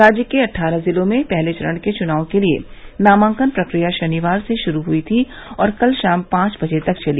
राज्य के अट्ठारह ज़िलों में पहले चरण के चुनाव के लिए नामांकन प्रक्रिया शनिवार से शुरू हुई थी और कल शाम पांच बजे तक चली